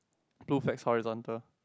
blue flags horizontal